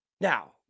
Now